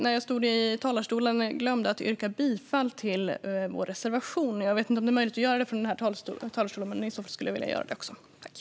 När jag stod i talarstolen glömde jag att yrka bifall till vår reservation, så jag gör det nu.